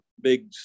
big